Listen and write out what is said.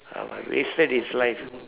ah w~ wasted his life